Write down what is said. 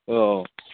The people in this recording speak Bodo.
औ